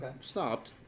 Stopped